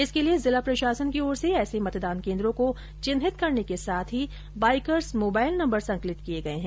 इसके लिए जिला प्रशासन की ओर से ऐसे मतदान केंद्रों को चिन्हित करने के साथ बाइकर्स मोबाइल नंबर संकलित किए गए हैं